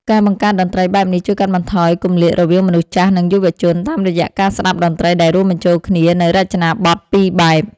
ការបង្កើតតន្ត្រីបែបនេះជួយកាត់បន្ថយគម្លាតរវាងមនុស្សចាស់ និងយុវជន តាមរយៈការស្ដាប់តន្ត្រីដែលរួមបញ្ចូលគ្នានូវរចនាបថពីរបែប។